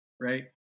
right